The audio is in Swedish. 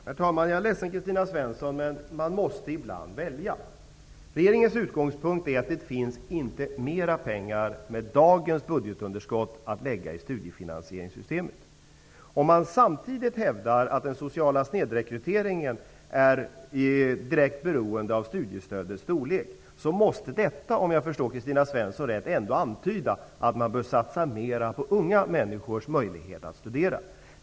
Herr talman! Jag är ledsen Kristina Svensson, men man måste ibland välja. Regeringens utgångspunkt är att det inte finns mera pengar med dagens budgetunderskott att lägga i studiefinansieringssystemet. Om man samtidigt hävdar att den sociala snedrekryteringen är direkt beroende av studiestödets storlek, måste detta -- om jag förstår Kristina Svensson rätt -- ändå antyda att man bör satsa mera på unga människors möjligheter att studera.